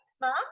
Mom